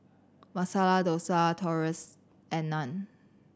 Masala Dosa Tortillas and Naan